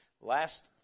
Last